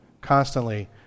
constantly